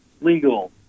legal